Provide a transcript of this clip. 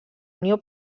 unió